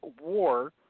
war